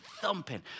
thumping